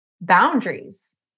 boundaries